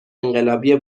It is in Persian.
انقلابی